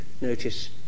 Notice